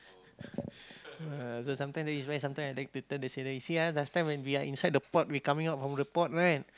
ah so sometimes that is why sometimes I like to turn then see you see ah last time when we are inside the port we coming out from the port [right]